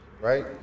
right